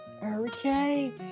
hurricane